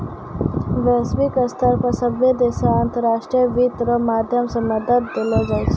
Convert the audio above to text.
वैश्विक स्तर पर सभ्भे देशो के अन्तर्राष्ट्रीय वित्त रो माध्यम से मदद देलो जाय छै